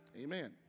Amen